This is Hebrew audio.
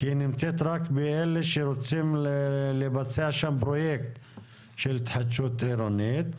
כי היא נמצאת רק באלה שרוצים לבצע שם פרויקט של התחדשות עירונית.